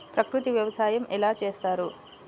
ప్రకృతి వ్యవసాయం ఎలా చేస్తారు?